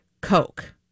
Coke